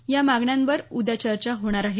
या मागण्यांवर उद्या चर्चा होणार आहे